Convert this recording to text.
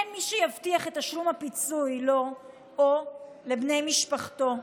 אין מי שיבטיח את תשלום הפיצוי לו או לבני משפחתו.